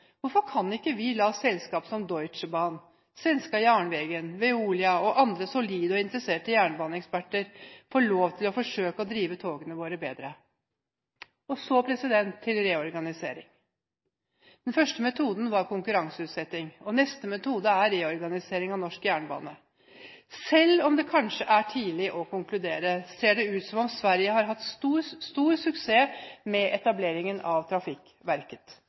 Hvorfor kan ikke vi la selskap som Deutsche Bahn, Statens Järnvägar, Veolia eller andre solide og interesserte jernbaneeksperter få lov til å forsøke å drive togene våre bedre? Så til reorganisering: Den første metoden var konkurranseutsetting, neste metode er reorganisering av norsk jernbane. Selv om det kanskje er tidlig å konkludere, ser det ut som at Sverige har hatt stor suksess med etableringen av